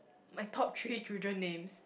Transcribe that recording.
my top three children names